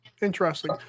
Interesting